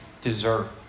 dessert